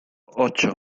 ocho